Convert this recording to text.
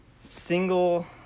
single